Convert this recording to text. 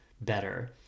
better